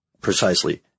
precisely